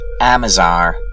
Amazar